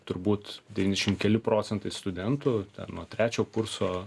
turbūt devyniasdešimt keli procentai studentų ten nuo trečio kurso